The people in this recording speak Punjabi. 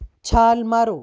ਛਾਲ ਮਾਰੋ